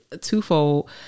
twofold